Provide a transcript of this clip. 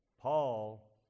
Paul